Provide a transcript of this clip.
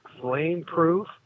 Flame-proof